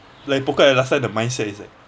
like poker at last time the mindset is like